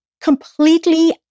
completely